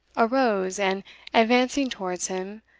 arose, and advancing towards him,